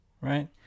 Right